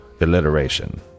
alliteration